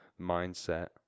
mindset